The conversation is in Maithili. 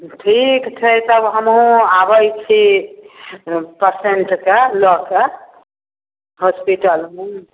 ठीक छै तब हमहूँ आबै छी पेशेन्टके लऽ कऽ हॉस्पिटलमे